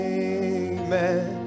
amen